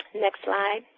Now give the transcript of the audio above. next slide.